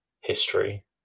history